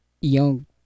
young